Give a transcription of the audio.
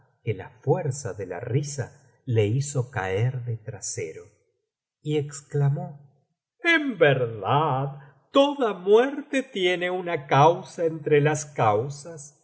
que la fuerza de la risa le hizo caer de trasero y exclamó en verdad toda muerte tiene una causa entre las causas